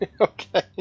Okay